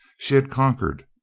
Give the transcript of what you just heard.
she had conquered,